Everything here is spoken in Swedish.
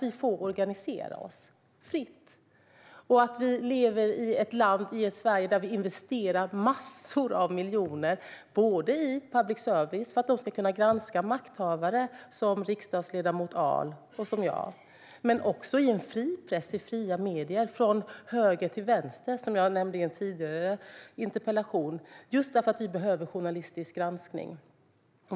Vi får organisera oss fritt, och vi lever i ett land där vi investerar massor av miljoner i såväl public service - för att de ska kunna granska makthavare som riksdagsledamot Ahl och jag själv - som i en fri press och fria medier, från höger till vänster, just därför att vi behöver journalistisk granskning. Jag nämnde detta i samband med en tidigare interpellation.